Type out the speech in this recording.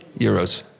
euros